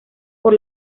por